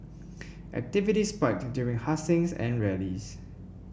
activity spiked during hustings and rallies